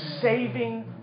saving